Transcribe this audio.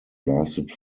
lasted